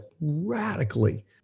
radically